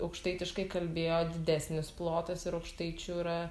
aukštaitiškai kalbėjo didesnis plotas ir aukštaičių yra